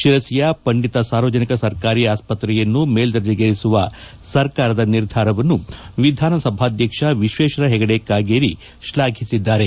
ಶಿರಸಿಯ ಪಂಡಿತ ಸಾರ್ವಜನಿಕ ಸರ್ಕಾರಿ ಆಸ್ಪತ್ರೆಯನ್ನು ಮೇಲ್ದರ್ಣಿಗೇರಿಸುವ ಸರ್ಕಾರದ ನಿರ್ಧಾರವನ್ನು ವಿಧಾನಸಭಾಧ್ವಕ್ಷ ವಿಶ್ವೇಶ್ವರ ಹೆಗಡೆ ಕಾಗೇರಿ ಶ್ಲಾಘಿಸಿದ್ದಾರೆ